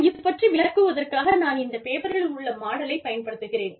ஆனால் இது பற்றி விளக்குவதற்காக நான் இந்த பேப்பரில் உள்ள மாடலைப் பயன்படுத்துகிறேன்